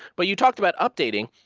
but you talked about updating,